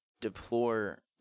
deplore